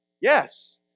yes